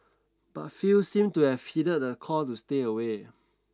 but few seemed to have heeded the call to stay away